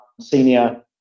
senior